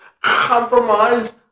compromise